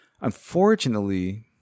Unfortunately